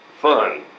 fun